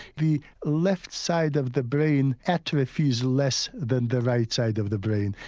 the left side of the brain atrophies less than the right side of the brain.